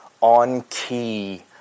on-key